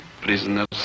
prisoners